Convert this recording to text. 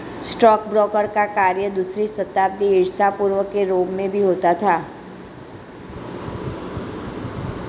stockbroker का कार्य दूसरी शताब्दी ईसा पूर्व के रोम में भी होता था